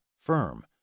firm